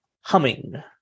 humming